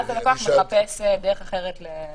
ואז הלקוח מחפש דרך אחרת לפתור את הבעיה.